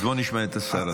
אז בואו נשמע את השר.